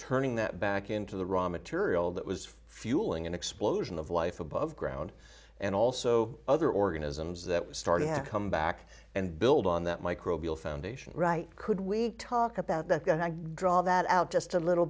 turning that back into the raw material that was fueling an explosion of life above ground and also other organisms that was starting to come back and build on that microbial foundation right could we talk about that going to draw that out just a little